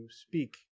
speak